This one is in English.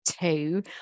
two